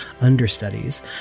understudies